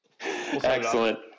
Excellent